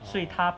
所以他